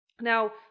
Now